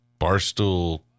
Barstool